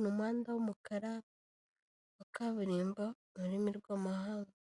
N'umuhanda w'umukara wa kaburimbo m'ururimi rw'amahanga.